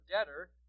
debtor